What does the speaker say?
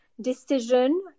decision